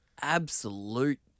absolute